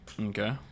Okay